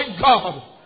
God